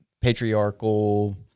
patriarchal